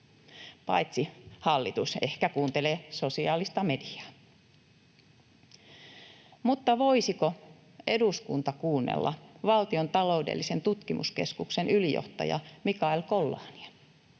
Paitsi hallitus ehkä kuuntelee sosiaalista mediaa. Mutta voisiko eduskunta kuunnella Valtion taloudellisen tutkimuskeskuksen ylijohtajaa Mikael Collania?